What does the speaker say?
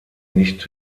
nicht